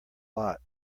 lot